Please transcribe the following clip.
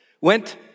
went